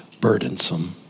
burdensome